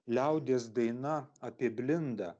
liaudies daina apie blindą